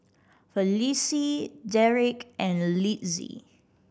Felicie Derek and Litzy